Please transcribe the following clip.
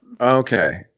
Okay